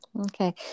Okay